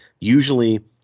usually